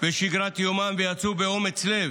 ושגרת יומם ויצאו באומץ לב,